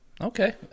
Okay